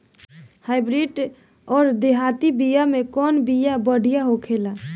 Hybrid अउर देहाती बिया मे कउन बढ़िया बिया होखेला?